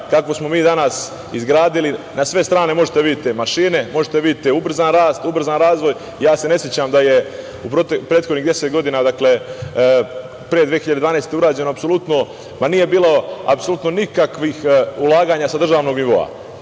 kakvu smo mi danas izgradili. Na sve strane možete da vidite mašine, možete da vidite ubrzan rast, ubrzan razvoj. Ne sećam se da je prethodnih 10 godina, pre 2012. godine, urađeno apsolutno, ma nije bilo apsolutno nikakvih ulaganja sa državnog nivoa. To